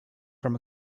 from